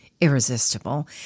irresistible